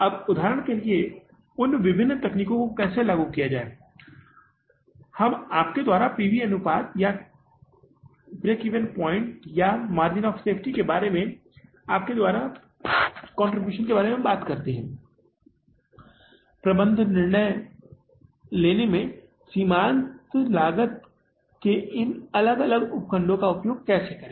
अब उदाहरण के लिए उन विभिन्न तकनीकों को कैसे लागू किया जाए हम आपके द्वारा पी वी अनुपात या कहे जाने वाले ब्रेक इवन पॉइंट्स या मार्जिन ऑफ़ सेफ्टी के बारे में आपके द्वारा योगदान के बारे में बात करते हैं प्रबंधन निर्णय लेने में सीमांत लागत के इन अलग अलग उप खंडों का उपयोग कैसे करें